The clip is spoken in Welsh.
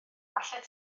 allet